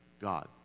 God